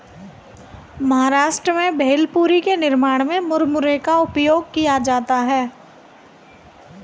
महाराष्ट्र में भेलपुरी के निर्माण में मुरमुरे का उपयोग किया जाता है